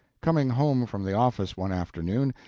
coming home from the office one afternoon,